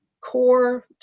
core